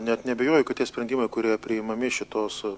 net neabejoju kad tie sprendimai kurie priimami šitos